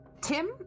Tim